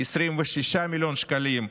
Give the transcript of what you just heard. מסתבר 26 מיליון שקלים,